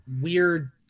weird